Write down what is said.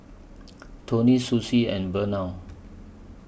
Toni Susie and Vernal